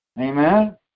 Amen